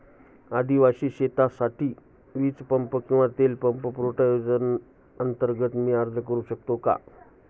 आदिवासी शेतकऱ्यांसाठीच्या वीज पंप किंवा तेल पंप पुरवठा योजनेअंतर्गत मी अर्ज करू शकतो का?